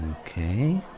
Okay